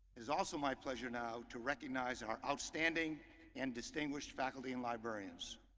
is also my pleasure now to recognize our outstanding and distinguished faculty and librarians.